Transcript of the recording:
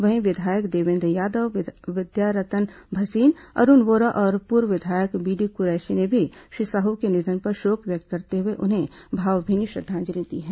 वहीं विधायक देवेन्द्र यादव विद्यारतन भसीन अरूण वोरा और पूर्व विधायक बीडी कुरैशी ने भी श्री साहू के निधन पर शोक व्यक्त करते हुए उन्हें भावभीनी श्रद्धांजलि दी है